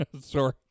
Sorry